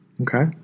Okay